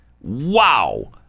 Wow